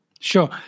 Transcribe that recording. Sure